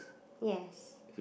yes